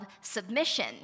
submission